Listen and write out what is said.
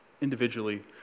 individually